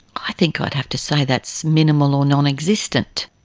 i think i'd have to say that's minimal or non-existent.